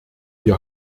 wir